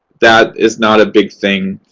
that is not a big thing.